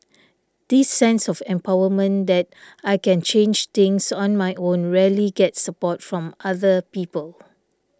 this sense of empowerment that I can change things on my own rarely gets support from other people